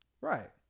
Right